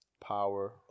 power